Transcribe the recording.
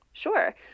Sure